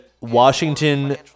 Washington